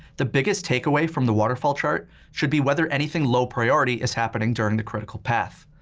the biggest takeaway from the waterfall chart should be whether anything low priority is happening during the critical path,